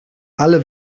alle